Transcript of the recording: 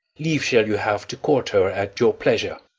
leave shall you have to court her at your pleasure.